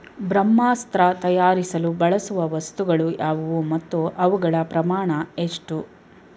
ಬ್ರಹ್ಮಾಸ್ತ್ರ ತಯಾರಿಸಲು ಬಳಸುವ ವಸ್ತುಗಳು ಯಾವುವು ಮತ್ತು ಅವುಗಳ ಪ್ರಮಾಣ ಎಷ್ಟು?